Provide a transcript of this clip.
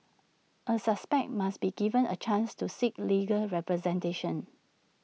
A suspect must be given A chance to seek legal representation